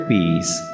Peace